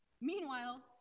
Meanwhile